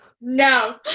No